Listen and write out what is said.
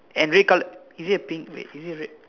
and red colour is it a pink wait is it red